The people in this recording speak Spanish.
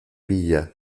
pilla